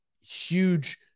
huge